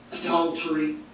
adultery